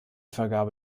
vergabe